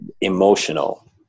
emotional